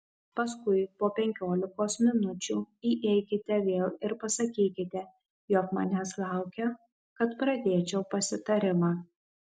paskui po penkiolikos minučių įeikite vėl ir pasakykite jog manęs laukia kad pradėčiau pasitarimą